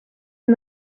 and